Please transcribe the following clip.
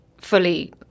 fully